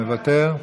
מוותר,